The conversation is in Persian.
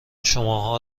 شماها